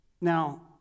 Now